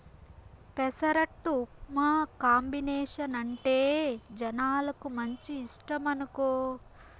పెసరట్టు ఉప్మా కాంబినేసనంటే జనాలకు మంచి ఇష్టమనుకో